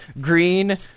Green